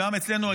וגם אצלנו,